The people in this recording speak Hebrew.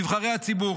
נבחרי הציבור,